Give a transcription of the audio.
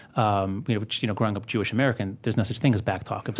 um you know which, you know growing up jewish american, there's no such thing as backtalk.